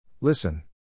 Listen